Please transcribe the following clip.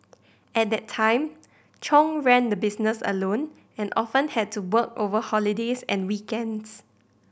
at that time Chung ran the business alone and often had to work over holidays and weekends